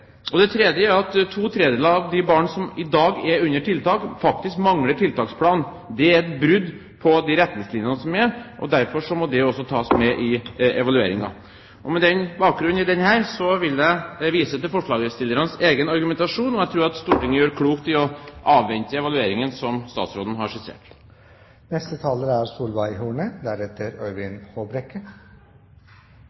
det. Det tredje er at ⅔ av de barna som i dag er under tiltak, faktisk mangler tiltaksplan. Det er et brudd på de retningslinjene som er, derfor må det også tas med i evalueringen. Med bakgrunn i dette vil jeg vise til forslagsstillernes egen argumentasjon. Jeg tror at Stortinget gjør klokt i å avvente evalueringen som statsråden har skissert. Barnevernet er